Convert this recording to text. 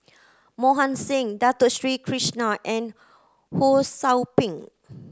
Mohan Singh Dato Sri Krishna and Ho Sou Ping